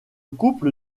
couple